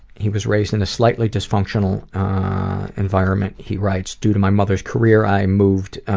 he was raised in a slightly dysfunctional environment, he writes, due to my mother's career, i moved